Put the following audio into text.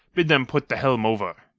bid them put the helm over.